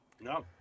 No